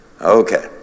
Okay